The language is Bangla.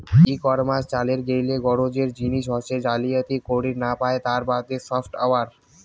ই কমার্স চালের গেইলে গরোজের জিনিস হসে জালিয়াতি করির না পায় তার বাদে সফটওয়্যার